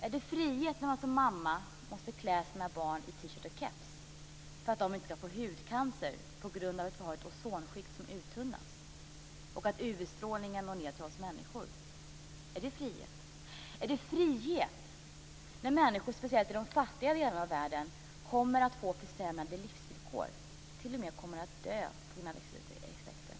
Är det frihet när man som mamma måste klä sina barn i T-shirt och keps för att de inte ska få hudcancer på grund av att vi har ett ozonskikt som uttunnas och att UV-strålningen når ned till oss människor? Är det frihet? Är det frihet när människor, speciellt i de fattiga delarna av världen, kommer att få försämrade livsvillkor, ja, t.o.m. kommer att dö på grund av växthuseffekten?